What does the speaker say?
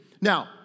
Now